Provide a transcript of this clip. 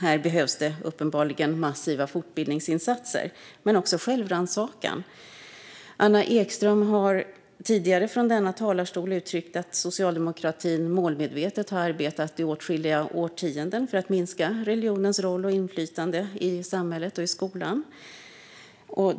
Här behövs uppenbart massiva fortbildningsinsatser men också självrannsakan. Anna Ekström har tidigare från denna talarstol uttryckt att socialdemokratin målmedvetet har arbetat i åtskilliga årtionden för att minska religionens roll och inflytande i samhället och i skolan.